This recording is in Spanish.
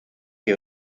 que